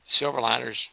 Silverliners